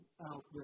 out